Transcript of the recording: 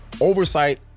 oversight